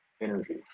energy